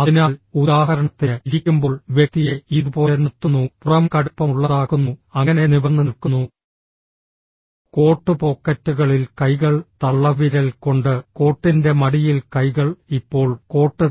അതിനാൽ ഉദാഹരണത്തിന് ഇരിക്കുമ്പോൾ വ്യക്തിയെ ഇതുപോലെ നിർത്തുന്നു പുറം കടുപ്പമുള്ളതാക്കുന്നു അങ്ങനെ നിവർന്ന് നിൽക്കുന്നു കോട്ട് പോക്കറ്റുകളിൽ കൈകൾ തള്ളവിരൽ കൊണ്ട് കോട്ടിൻറെ മടിയിൽ കൈകൾ ഇപ്പോൾ കോട്ട്